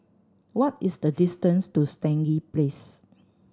what is the distance to Stangee Place